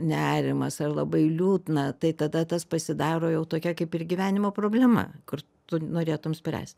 nerimas ar labai liūdna tai tada tas pasidaro jau tokia kaip ir gyvenimo problema kur tu norėtum spręst